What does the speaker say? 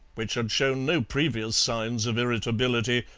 which had shown no previous signs of irritability,